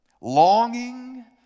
longing